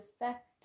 effect